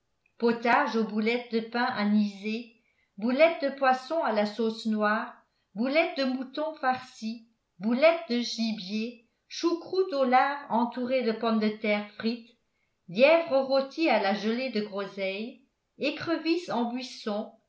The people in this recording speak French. potage aux boulettes de pain anisé boulettes de poisson à la sauce noire boulettes de mouton farci boulettes de gibier choucroute au lard entourée de pommes de terre frites lièvre rôti à la gelée de groseille écrevisses en buisson